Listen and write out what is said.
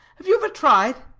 have you ever tried?